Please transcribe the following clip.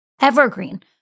evergreen